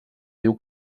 diu